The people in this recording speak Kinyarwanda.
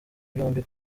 byombi